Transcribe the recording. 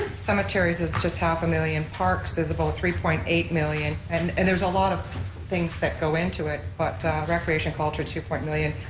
cemeteries is just half a million, parks is about three point eight million, and and there's a lot of things that go into it, but recreation culture, two point million.